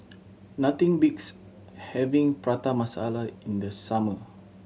nothing beats having Prata Masala in the summer